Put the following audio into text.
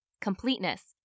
Completeness